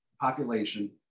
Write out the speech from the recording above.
population